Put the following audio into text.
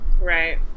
Right